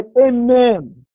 amen